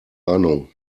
ahnung